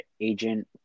agent